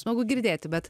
smagu girdėti bet